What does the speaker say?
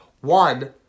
one